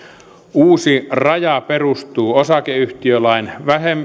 uusi raja perustuu osakeyhtiölain